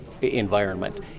environment